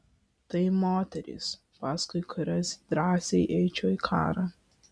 tai moterys paskui kurias drąsiai eičiau į karą